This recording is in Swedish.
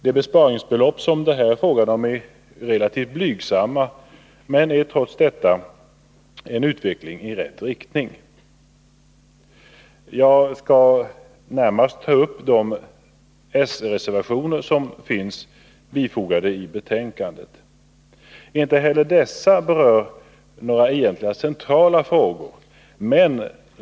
De besparingsbelopp som det är fråga om är relativt blygsamma. Det är trots detta en utveckling i rätt riktning. Jag skall närmast ta upp de s-reservationer som är fogade till betänkandet. Inte heller de berör några centrala frågor.